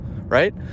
right